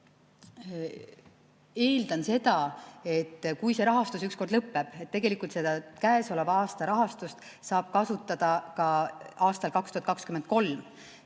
eeldan seda, et kui see rahastus ükskord lõpeb ... Tegelikult seda käesoleva aasta raha saab kasutada ka aastal 2023.